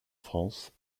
france